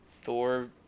Thor